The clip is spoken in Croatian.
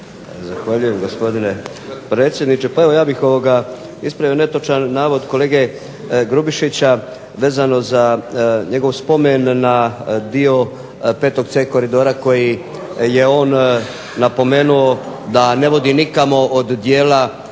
Zahvaljujem, gospodine predsjedniče. Pa evo ja bih ispravio netočan navod kolege Grubišića vezano za njegov spomen na dio 5C koridora koji je on napomenuo da ne vodi nikamo od dijela